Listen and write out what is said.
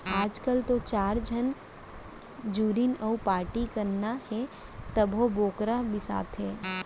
आजकाल तो चार झन जुरिन अउ पारटी करना हे तभो बोकरा बिसाथें